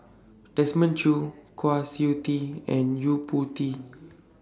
Desmond Choo Kwa Siew Tee and Yo Po Tee